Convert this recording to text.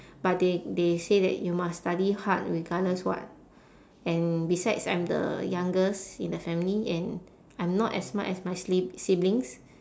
but they they say that you must study hard regardless what and besides I'm the youngest in the family and I'm not as smart as my sib~ siblings